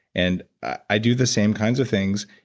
and i do the same kinds of things.